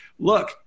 Look